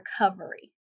recovery